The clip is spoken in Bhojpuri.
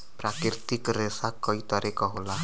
प्राकृतिक रेसा कई तरे क होला